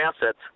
assets